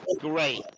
Great